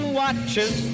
watches